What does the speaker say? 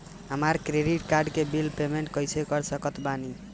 हमार credit card के bill payment कइसे कर सकत बानी?